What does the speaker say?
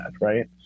right